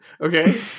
okay